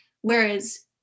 Whereas